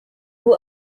ubu